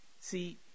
see